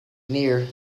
near